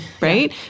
Right